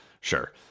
sure